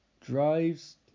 drives